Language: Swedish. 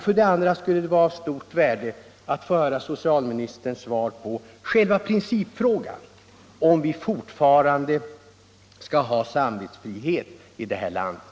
För det andra skulle det vara av stort värde att få socialministerns svar på själva principfrågan: Skall vi fortfarande ha samvetsfrihet i det här landet?